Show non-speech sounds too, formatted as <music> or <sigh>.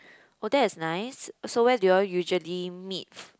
oh that is nice so where do you all usually meet <noise>